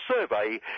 survey